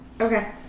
Okay